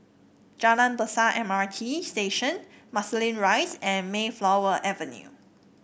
Jalan Besar M R T Station Marsiling Rise and Mayflower Avenue